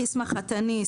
"ישמח חתני",